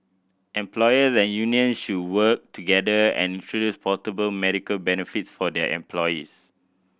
employers and unions should work together and introduce portable medical benefits for their employees